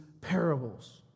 parables